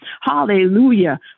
Hallelujah